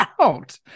out